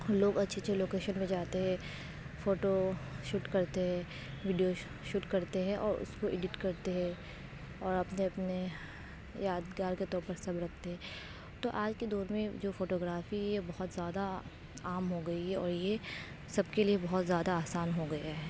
لوگ اچھے اچھے لوکیشن پہ جاتے ہے فوٹو شوٹ کرتے ہے ویڈیو شوٹ کرتے ہے اور اس کو ایڈیٹ کرتے ہے اور اپنے اپنے یادگار کے طور پر سب رکھتے ہے تو آج کے دور میں جو فوٹوگرافی بہت زیادہ عام ہو گئی ہے اور یہ سب کے لیے بہت زیادہ آسان ہو گئی ہے